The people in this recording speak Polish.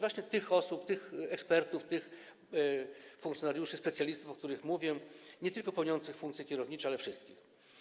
Właśnie tych osób, tych ekspertów, tych funkcjonariuszy, specjalistów, o których mówię: nie tylko tych pełniących funkcje kierownicze, ale wszystkich.